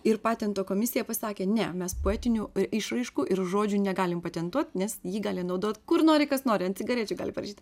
ir patento komisija pasakė ne mes poetinių išraiškų ir žodžių negalim patentuot nes jį gali naudot kur nori kas nori ant cigarečių gali parašyt